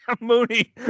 Mooney